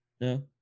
no